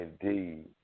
indeed